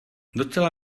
docela